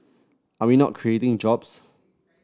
are we not creating jobs